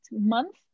month